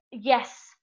Yes